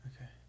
Okay